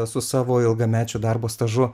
su savo ilgamečiu darbo stažu